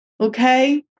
okay